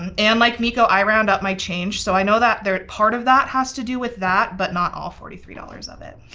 um and like miko, i round up my change so i know that part of that has to do with that, but not all forty three dollars of it.